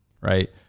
right